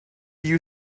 you